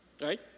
right